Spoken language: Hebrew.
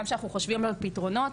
גם כשאנחנו חושבים על פתרונות,